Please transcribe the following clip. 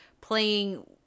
playing